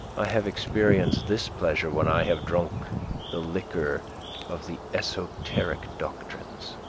i have experienced this pleasure when i have drunk the liquor of the esoteric doctrines.